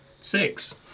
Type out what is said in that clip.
Six